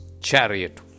chariot